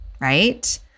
right